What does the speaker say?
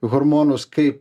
hormonus kaip